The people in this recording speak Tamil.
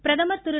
பிரதமர் திரு